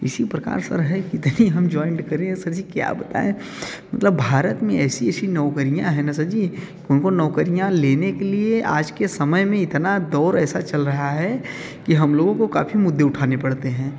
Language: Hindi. इसी प्रकार सर है किधर ही हम ज्वाइंड करें सर जी क्या बताऍं मतलब भारत में ऐसी ऐसी नौकरियाँ है ना सर जी कि उनको नौकरियाँ लेने के लिए आज के समय में इतना दौर ऐसा चल रहा है कि हम लोगों को काफ़ी मुद्दे उठाने पड़ते हैं